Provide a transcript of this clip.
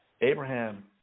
Abraham